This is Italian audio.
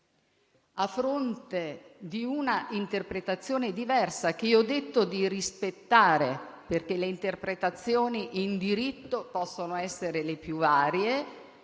A fronte di una interpretazione diversa, che ho detto di rispettare - le interpretazioni in diritto possono essere le più varie